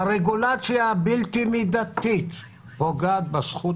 הרגולציה הבלתי מידתית פוגעת בזכות